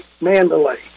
Mandalay